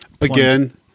again